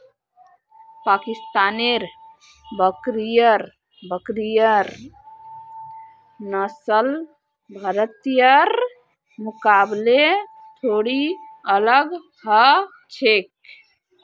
पाकिस्तानेर बकरिर नस्ल भारतीयर मुकाबले थोड़ी अलग ह छेक